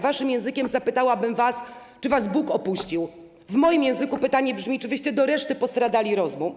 Waszym językiem zapytałabym was, czy was Bóg opuścił, w moim języku pytanie brzmi: czy wyście do reszty postradali rozum.